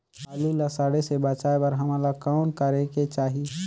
आलू ला सड़े से बचाये बर हमन ला कौन करेके चाही?